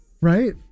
Right